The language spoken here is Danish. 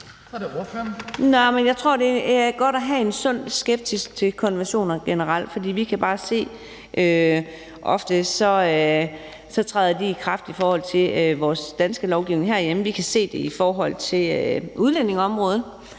jeg tror, det er godt at have en sund skepsis over for konventioner generelt, for vi kan bare se, hvordan de ofte træder i kraft i forhold til vores danske lovgivning. Vi kan se det i forhold til udlændingeområdet,